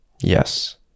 Yes